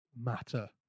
matter